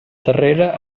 terrera